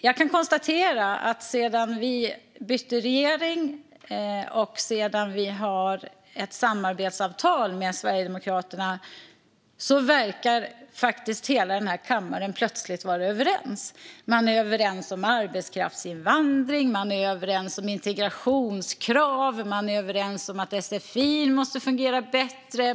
Jag kan konstatera att denna kammare sedan vi bytte regering - och sedan denna regering slöt ett samarbetsavtal med Sverigedemokraterna - plötsligt verkar vara överens. Den är överens om arbetskraftsinvandringen. Den är överens om integrationskrav. Den är överens om att sfi måste fungera bättre.